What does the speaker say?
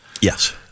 Yes